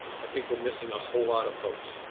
i think we're missing a whole lot of folks.